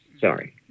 Sorry